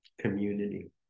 community